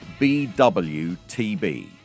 BWTB